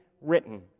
written